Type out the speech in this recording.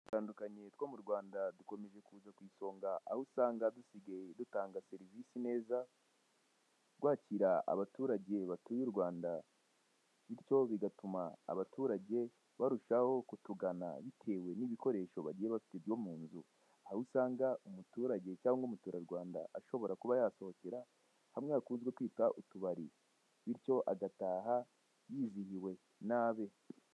Igiti kinini cy'ururabyo giteye aha cyonyine mu itaka gusa hakurya yacyo hakaba hari ibyatsi bigufi byiza, umuntu uhagaze imbere y'ameza y'umweru akoze mu cyuma ari gusukwamo, ateretseho igikombe kinini bari gusukamo amata bakoresheje indobo y'umutuku, ayo meza ateretseho kandi akadomoro gatoya k'umuhondo, inzu ifite idirishya rinini rikoze mu cyuma ndetse rifite ibirahure byinshi.